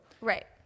Right